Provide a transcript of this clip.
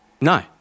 No